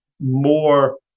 more